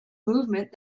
movement